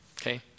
Okay